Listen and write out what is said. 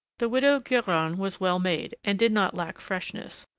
the widow guerin was well made, and did not lack freshness.